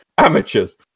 Amateurs